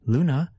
Luna